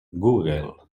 google